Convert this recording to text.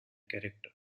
character